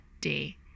day